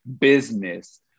business